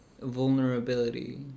vulnerability